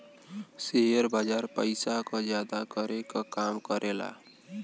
share बाजार पइसा क जादा करे क काम करेला